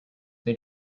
they